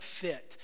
fit